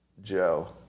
Joe